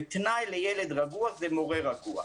תנאי לילד רגוע זה מורה רגוע.